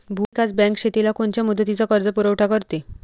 भूविकास बँक शेतीला कोनच्या मुदतीचा कर्जपुरवठा करते?